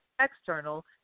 external